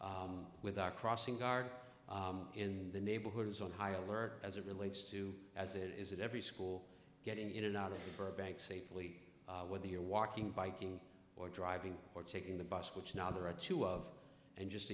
with our crossing guard in the neighborhood is on high alert as it relates to as it is at every school getting in and out of burbank safely whether you're walking biking or driving or taking the bus which now there are two of and just